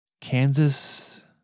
Kansas